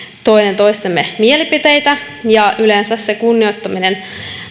toinen toistemme mielipiteitä ja yleensä se kunnioittaminen